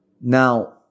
Now